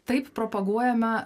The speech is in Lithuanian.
taip propaguojame